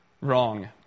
wrong